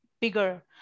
bigger